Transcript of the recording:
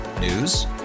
News